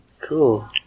Cool